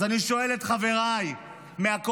אז אני שואל את חבריי מהקואליציה: